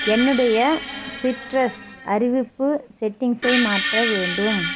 என்னுடைய சிட்ரஸ் அறிவிப்பு செட்டிங்ஸை மாற்ற வேண்டும்